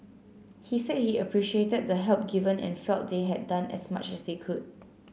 he said he appreciated the help given and felt they had done as much as they could